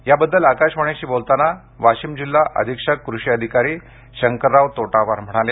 याबद्दल आकाशवाणीशी बोलताना वाशिम जिल्हा अधिक्षक कृषी अधिकारी शंकरराव तोटावार म्हणाले